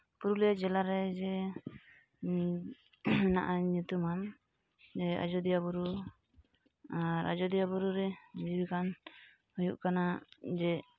ᱯᱩᱨᱩᱞᱤᱭᱟᱹ ᱡᱮᱞᱟ ᱨᱮ ᱡᱮ ᱢᱮᱱᱟᱜᱼᱟ ᱧᱩᱛᱩᱢᱟᱱ ᱡᱮ ᱟᱡᱳᱫᱤᱭᱟᱹ ᱵᱩᱨᱩ ᱟᱨ ᱟᱡᱳᱫᱤᱭᱟᱹ ᱵᱩᱨᱩᱨᱮ ᱨᱟᱱ ᱦᱩᱭᱩᱜ ᱠᱟᱱᱟ ᱡᱮ